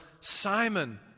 Simon